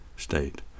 state